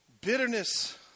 bitterness